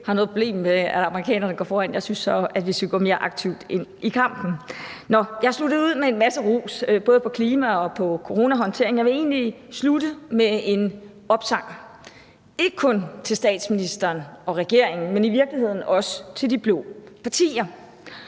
ikke har noget problem med, at amerikanerne går foran, men jeg synes, at vi skal gå mere aktivt ind i kampen. Jeg lagde ud med en masse ros både for håndteringen af klimaområdet og for coronahåndteringen, men jeg vil egentlig slutte med en opsang, ikke kun til statsministeren og regeringen, men i virkeligheden også til de blå partier.